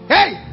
Hey